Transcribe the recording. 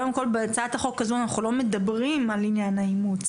קודם כל בהצעת החוק הזו אנחנו לא מדברים על עניין האימוץ.